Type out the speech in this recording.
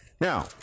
Now